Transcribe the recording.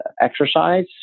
exercise